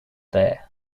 there